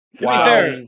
Wow